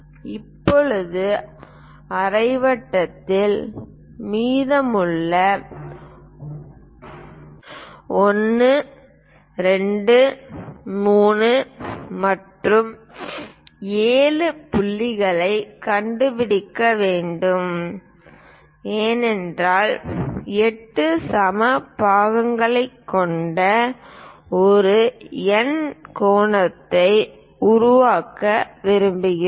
இப்போது அரை வட்டத்தில் மீதமுள்ள 1 2 3 மற்றும் 7 புள்ளிகளைக் கண்டுபிடிக்க வேண்டும் ஏனென்றால் 8 சம பக்கங்களைக் கொண்ட ஒரு எண்கோணத்தை உருவாக்க விரும்புகிறோம்